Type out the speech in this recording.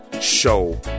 show